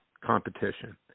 competition